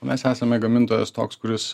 mes esame gamintojas toks kuris